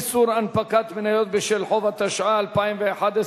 איסור הנפקת מניות בשל חוב), התשע"א 2011,